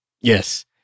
Yes